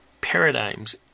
paradigms